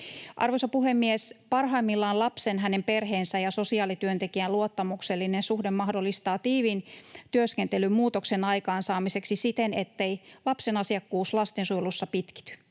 Arvoisa puhemies! Parhaimmillaan lapsen, hänen perheensä ja sosiaalityöntekijän luottamuksellinen suhde mahdollistaa tiiviin työskentelyn muutoksen aikaansaamiseksi siten, ettei lapsen asiakkuus lastensuojelussa pitkity.